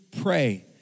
pray